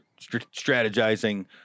strategizing